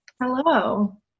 Hello